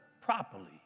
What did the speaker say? properly